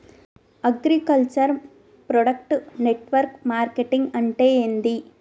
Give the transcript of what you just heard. Agriculture product network marketing అంటే ఏంది?